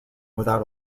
without